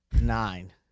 nine